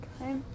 okay